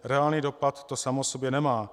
Reálný dopad to samo o sobě nemá.